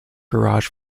garage